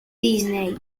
disney